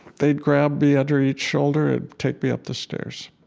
they'd grab me under each shoulder and take me up the stairs.